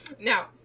Now